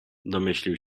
domyślił